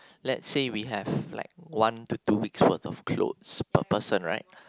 let's say we have like one to two weeks worth of clothes per person right